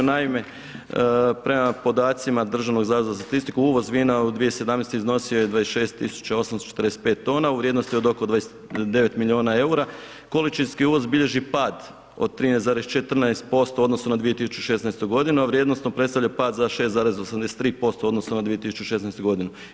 Naime, prema podacima Državnog zavoda za statistiku uvoz vina u 2017. iznosio je 26 tisuća 845 tona u vrijednosti od oko 29 milijuna EUR-a, količinski uvoz bilježi pad od 13,14% u odnosu na 2016.-tu godinu, a vrijednosno predstavlja pad za 6,83% u odnosu na 2016. godinu.